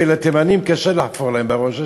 ולתימנים קשה לחפור בראש.